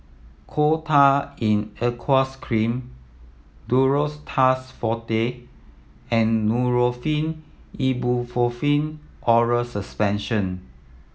Coal Tar in Aqueous Cream Duro Tuss Forte and Nurofen Ibuprofen Oral Suspension